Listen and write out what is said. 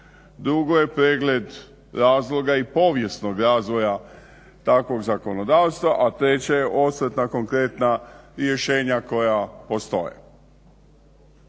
drugo je pregled razloga i povijesnog razvoja takvog zakonodavstva, a treće je osveta konkretna i rješenja koja postoje.